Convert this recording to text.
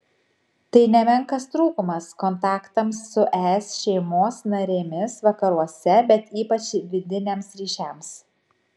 tai nemenkas trūkumas kontaktams su es šeimos narėmis vakaruose bet ypač vidiniams ryšiams